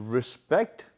Respect